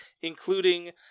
including